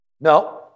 No